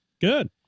good